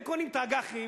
הם קונים את האג"חים,